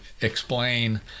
explain